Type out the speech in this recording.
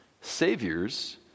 saviors